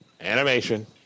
Animation